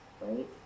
right